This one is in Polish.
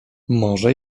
może